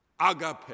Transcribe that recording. agape